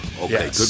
Okay